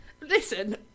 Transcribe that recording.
Listen